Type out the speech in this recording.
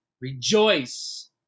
rejoice